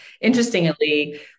interestingly